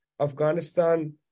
Afghanistan